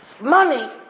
money